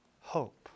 hope